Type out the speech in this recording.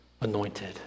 anointed